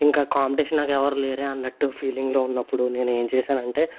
ఇంకా కాంపిటీషన్ నాకు ఎవరు లేరే అన్నట్టు ఫీలింగ్లో ఉన్నప్పుడు నేను ఏం చేసానంటే